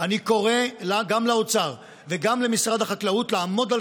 אני קורא גם לאוצר וגם למשרד החקלאות לעמוד על